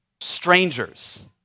strangers